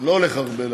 אני לא הולך הרבה,